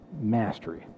Mastery